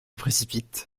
précipite